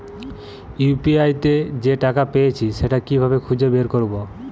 UPI তে যে টাকা পেয়েছি সেটা কিভাবে খুঁজে বের করবো?